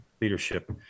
leadership